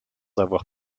avoir